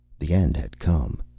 the end had come.